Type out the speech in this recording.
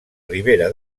ribera